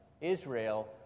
Israel